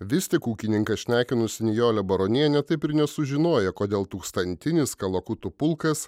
vis tik ūkininką šnekinusi nijolė baronienė taip ir nesužinojo kodėl tūkstantinis kalakutų pulkas